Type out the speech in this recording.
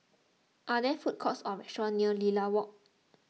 are there food courts or restaurants near Lilac Walk